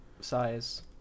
size